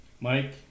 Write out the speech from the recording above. Mike